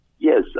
Yes